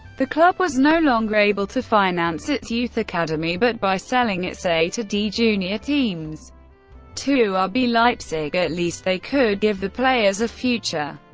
the club was no longer able to finance its youth academy, but by selling its a to d junior teams to ah rb leipzig, at least they could give the players a future.